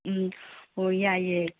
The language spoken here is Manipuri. ꯎꯝ ꯍꯣꯏ ꯌꯥꯏꯌꯦ